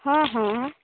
हाँ हाँ